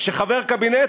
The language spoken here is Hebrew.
שחבר קבינט,